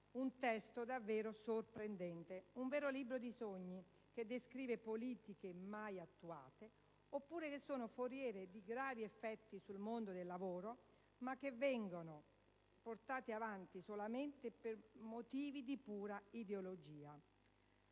Un testo davvero sorprendente, un vero libro dei sogni che descrive politiche mai attuate, oppure che sono foriere di gravi effetti sul mondo del lavoro ma che vengono portate avanti solamente per motivi di pura ideologia.